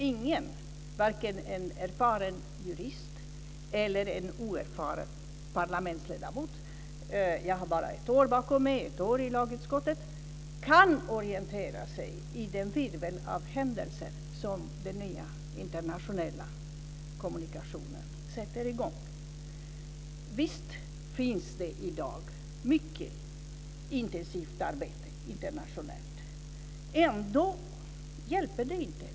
Ingen, varken en erfaren jurist eller en oerfaren parlamentsledamot - jag har bara ett år i lagutskottet bakom mig - kan orientera sig i den virvel av händelser som den nya internationella kommunikationen sätter i gång. Visst pågår det i dag ett mycket intensivt arbete internationellt. Ändå hjälper det inte.